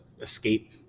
escape